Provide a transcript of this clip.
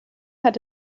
hat